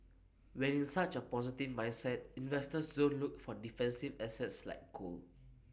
when in such A positive mindset investors don't look for defensive assets like gold